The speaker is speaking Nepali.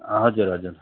हजुर हजुर